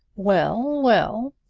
well, well!